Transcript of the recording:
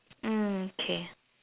mm K